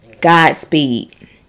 Godspeed